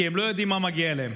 כי הם לא יודעים מה מגיע להם.